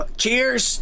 cheers